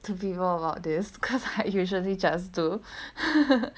to people about this cause I usually just do